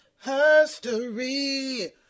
history